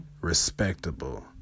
respectable